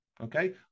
okay